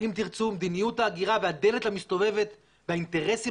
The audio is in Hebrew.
אם תרצו מדיניות ההגירה והדלת המסתובבת והאינטרסים